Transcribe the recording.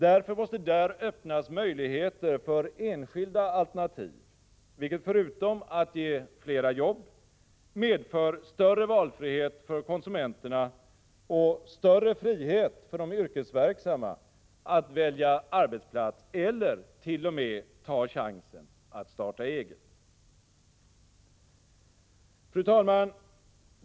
Därför måste det där öppnas möjligheter för enskilda alternativ, vilket förutom att ge flera jobb medför större valfrihet för konsumenterna och större frihet för de yrkesverksamma att välja arbetsplats eller t.o.m. ta chansen att starta eget. Fru talman!